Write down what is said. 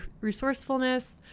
resourcefulness